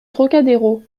trocadéro